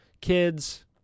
kids